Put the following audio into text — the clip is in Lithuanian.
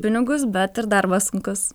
pinigus bet ir darbas sunkus